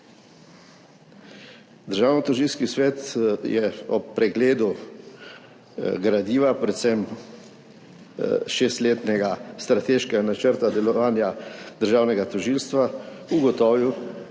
Državnotožilski svet je ob pregledu gradiva, predvsem šestletnega strateškega načrta delovanja državnega tožilstva, ugotovil,